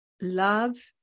Love